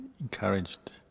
encouraged